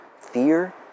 fear